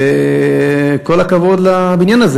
וכל הכבוד לבניין הזה.